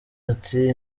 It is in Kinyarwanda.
ati